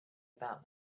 about